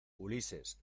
ulises